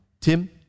Tim